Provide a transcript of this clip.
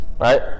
Right